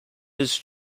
his